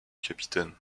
capitaine